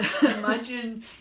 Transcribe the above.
imagine